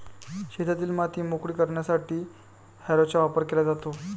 शेतातील माती मोकळी करण्यासाठी हॅरोचा वापर केला जातो